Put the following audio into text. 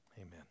Amen